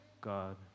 God